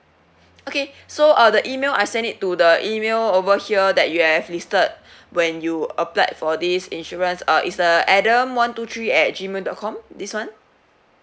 okay so uh the email I send it to the email over here that you have listed when you applied for this insurance uh is err adam one two three at gmail dot com this [one]